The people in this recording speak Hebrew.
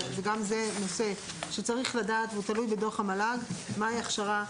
גם זה נושא שצריך לדעת והוא תלוי בדוח המל"ג מהי הכשרה,